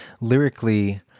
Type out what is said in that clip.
Lyrically